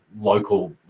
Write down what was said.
local